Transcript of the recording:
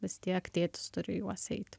vis tiek tėtis turi juos eiti